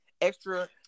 Extra